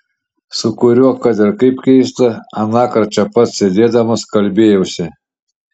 su kuriuo kad ir kaip keista anąkart čia pat sėdėdamas kalbėjausi